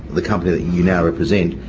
the company that you now represent,